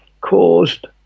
caused